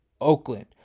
Oakland